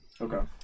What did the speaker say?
Okay